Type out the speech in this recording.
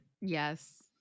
Yes